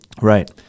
Right